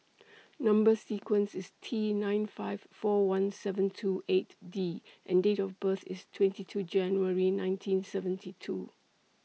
Number sequence IS T nine five four one seven two eight D and Date of birth IS twenty two January nineteen seventy two